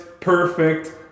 Perfect